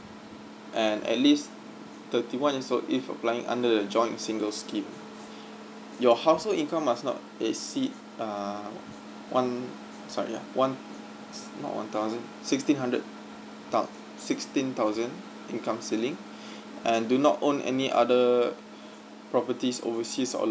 and at least thirty one years old if applying under the joint single scheme your household income must not exceed uh one sorry ya one not one thousand sixteen hundred thou~ sixteen thousand income ceiling and do not own any other properties overseas or